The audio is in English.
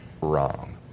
wrong